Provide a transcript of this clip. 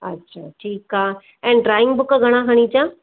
अच्छा ठीकु आहे ऐं ड्रॉइंग बुक घणा खणी अचां